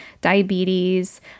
diabetes